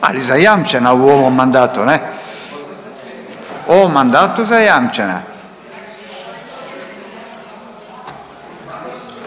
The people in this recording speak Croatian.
ali zajamčena u ovom mandatu ne. U ovom mandatu zajamčena.